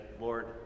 Lord